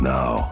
Now